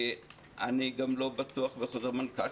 אני גם לא בטוח בחוזר מנכ"ל,